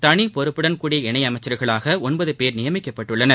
தனி பொறுப்புடன் கூடிய இணையமைச்சர்களாக ஒன்பது பேர் நியமிக்கப்பட்டுள்ளனர்